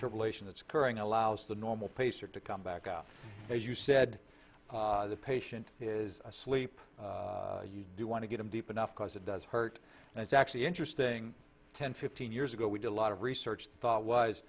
fibrillation that's occurring allows the normal pacer to come back up as you said the patient is asleep you do want to get him deep enough because it does hurt and it's actually interesting ten fifteen years ago we did a lot of research thought was